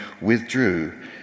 withdrew